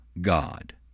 God